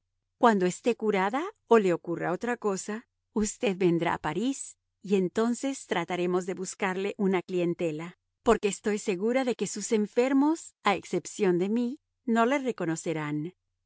cuando esté curada o le ocurra otra cosa usted vendrá a parís y entonces trataremos de buscarle una clientela porque estoy segura de que sus enfermos a excepción de mí no le reconocerán